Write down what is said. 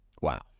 Wow